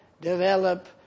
develop